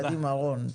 קדימה, רון.